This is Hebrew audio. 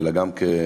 אלא גם כאדם